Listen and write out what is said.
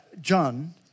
John